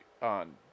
on